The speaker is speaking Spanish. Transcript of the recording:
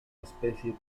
especie